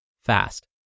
fast